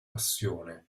passione